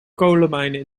kolenmijnen